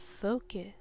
focus